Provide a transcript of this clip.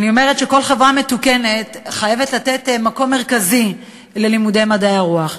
אני אומרת שכל חברה מתוקנת חייבת לתת מקום מרכזי ללימודי מדעי הרוח.